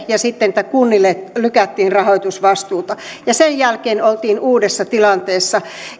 ja se että kunnille lykättiin rahoitusvastuuta ja sen jälkeen oltiin uudessa tilanteessa